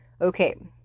okay